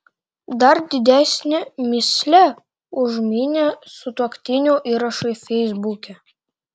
dar didesnę mįslę užminė sutuoktinių įrašai feisbuke